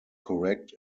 correct